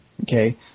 okay